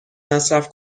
مصرف